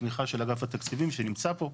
בתמיכה של אגף התקציבים שנמצא פה,